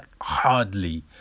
hardly